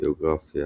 ביוגרפיה